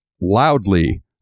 loudly